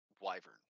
wyvern